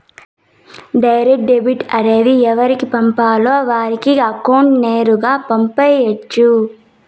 direct debit అనేది ఎవరికి పంపాలో వారి అకౌంట్ నేరుగా పంపు చేయొచ్చు